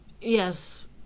yes